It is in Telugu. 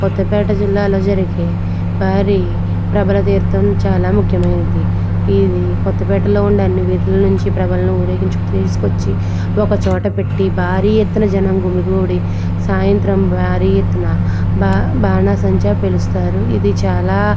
కొత్తపేట జిల్లాలో జరిగే బారి ప్రభల తీర్థం చాలా ముఖ్యమైనది ఇది కొత్తపేటలో ఉండే అన్ని విధుల నుంచి ప్రభలను ఊరేగించి తీసుకొచ్చి ఒకచోట పెట్టి భారీ ఎత్తున జనం గుమిగూడి సాయంత్రం భారీ ఎత్తున బా బాణాసంచా పేలుస్తారు ఇది చాలా